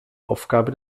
aufgabe